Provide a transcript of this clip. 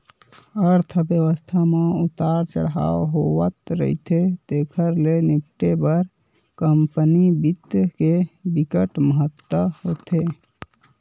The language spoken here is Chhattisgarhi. अर्थबेवस्था म उतार चड़हाव होवथ रहिथे तेखर ले निपटे बर कंपनी बित्त के बिकट महत्ता होथे